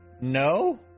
no